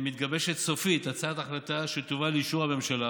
מתגבשת סופית הצעת החלטה שתובא לאישור הממשלה